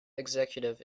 executive